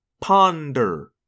Ponder